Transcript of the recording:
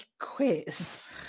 quiz